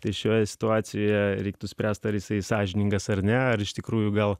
tai šioje situacijoje reiktų spręsti ar jisai sąžiningas ar ne ar iš tikrųjų gal